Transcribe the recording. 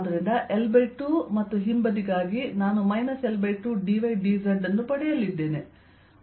ಆದ್ದರಿಂದ L2 ಮತ್ತು ಹಿಂಬದಿಗಾಗಿ ನಾನು L2 dy dz ಅನ್ನು ಪಡೆಯಲಿದ್ದೇನೆ